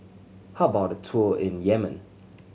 how about a tour in Yemen